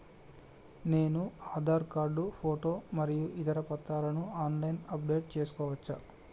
నేను Aadhaar card photo మరియు ఇతర పత్రాలను ఆన్ లైన్ అప్ డెట్ చేసుకోవచ్చా?